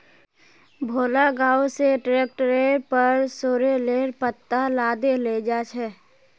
भोला गांव स ट्रैक्टरेर पर सॉरेलेर पत्ता लादे लेजा छ